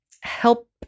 help